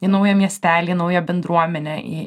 į naują miestelį naują bendruomenę į